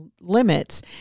limits